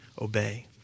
obey